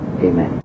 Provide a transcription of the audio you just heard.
Amen